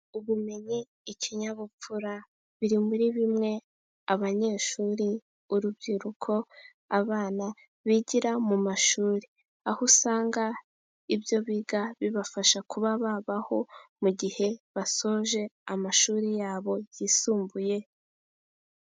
Ubumenyi, ikinyabupfura, biri muri bimwe abanyeshuri urubyiruko abana bigira mu mashuri, aho usanga ibyo biga bibafasha kuba babaho mu gihe basoje amashuri yabo yisumbuye...